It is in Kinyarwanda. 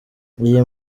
iyi